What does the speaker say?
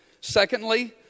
Secondly